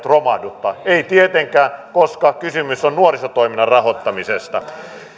romahduttaa ei tietenkään koska kysymys on nuorisotoiminnan rahoittamisesta